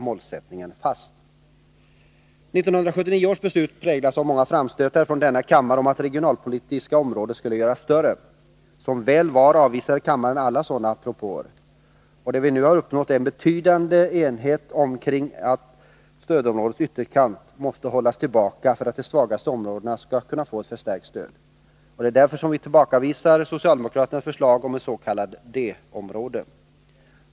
1979 års beslut präglades av många framstötar från denna kammare om att det regionalpolitiska området skulle göras större. Som väl var avvisade kammaren alla sådana propåer. Och det vi nu har uppnått en betydande enighet omkring är att stödområdets ytterkant måste hållas tillbaka för att de svagaste områdena skall kunna få ett förstärkt stöd. Det är därför som vi tillbakavisar socialdemokraternas förslag om ett s.k. D-område.